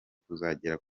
kuzagera